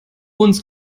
uns